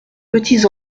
petits